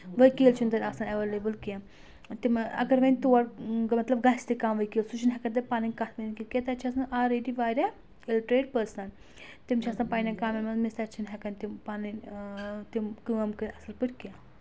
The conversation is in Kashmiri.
ؤکیٖل چھُنہٕ تَتہِ آسان ایویلیبٕل کینٛہہ تِم اگر وۄنۍ توڑ مطلب گژھِ تہِ کانٛہہ ؤکیٖل سُہ چھُنہٕ ہؠکَان تَتہِ پَنٕنۍ کَتھ ؤنِتھ کیوں کہِ تَتہِ چھِ آسان آلریڈی واریاہ اِلٹریٹ پٔرسَن تِم چھِ آسان پَنٕنؠن کامؠن منٛز مِثَن تِم پَنٕنۍ تِم کٲم کٔرِتھ اَصٕل پٲٹھۍ کینٛہہ